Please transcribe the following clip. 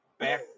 back